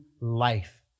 life